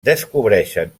descobreixen